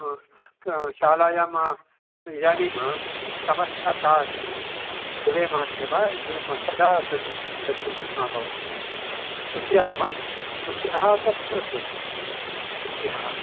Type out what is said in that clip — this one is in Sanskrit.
शालायाम् इदानीं समस्या का अस्ति जुलै मासे वा जून् मास् कदा तत् तस्य जन्म अभवत् पुत्र्याः वा पुत्र्याः अथवा पुत्रस्य पुत्र्याः